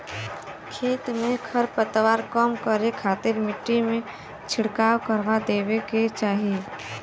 खेत से खरपतवार कम करे खातिर मट्टी में छिड़काव करवा देवे के चाही